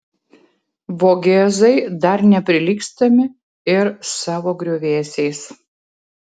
vogėzai dar neprilygstami ir savo griuvėsiais